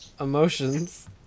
Emotions